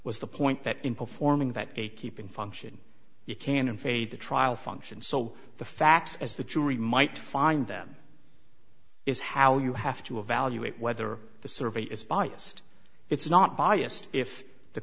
was the point that in performing that keeping function you can invade the trial function so the facts as the jury might find them is how you have to evaluate whether the survey is biased it's not biased if the